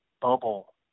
Bubble